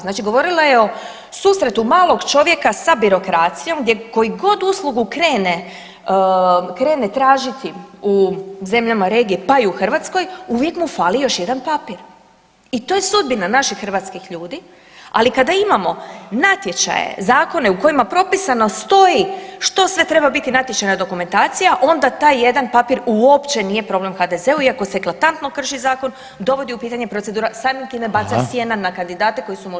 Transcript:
Znači govorila je o susretu malog čovjeka sa birokracijom gdje koju god uslugu krene tražiti u zemljama regije pa i u Hrvatskoj, uvijek mu fali još jedan papir, i to je sudbina naših hrvatskih ljudi, ali kada imamo natječaje, Zakone u kojima propisano stoji što sve treba biti natječajna dokumentacija, onda taj jedan papir uopće nije problem HDZ-u iako se eklatantno krši Zakon, dovodi u pitanje procedura, samim time baca sjena na kandidate koji su možda i ok.